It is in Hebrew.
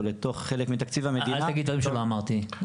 לחלק מתקציב המדינה --- אל תגיד דברים שלא אמרתי.